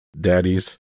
daddies